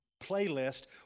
playlist